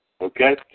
Okay